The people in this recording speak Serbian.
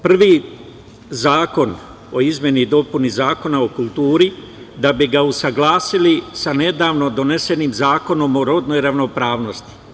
Prvi - zakon o izmeni i dopuni Zakona o kulturi, da bi ga usaglasili sa nedavno donesenim Zakonom o rodnoj ravnopravnosti.